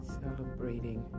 celebrating